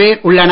பேர் உள்ளனர்